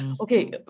okay